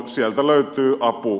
sieltä löytyy apu